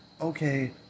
okay